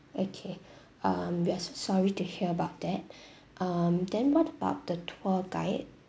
okay um we are sorry to hear about that um then what about the tour guide